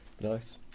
nice